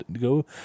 go